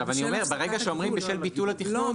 ברגע שאומרים בשל ביטול התכנון --- לא,